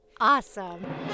awesome